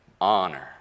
honor